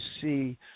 see